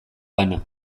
bana